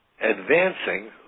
advancing